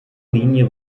linie